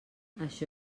això